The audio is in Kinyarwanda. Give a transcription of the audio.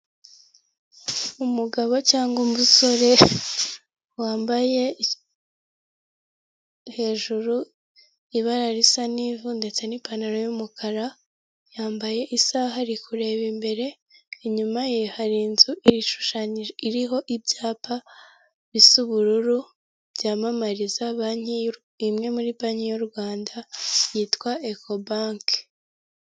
Umugabo cyangwa umusore wambaye hejuru ibara risa n'ivu ndetse n'ipantaro y'umukara, yambaye isaha ari kureba imbere, inyuma ye hari inzu iriho ibyapa bisa ubururu byamamariza banki imwe muri banki y'u Rwanda yitwa eko banke.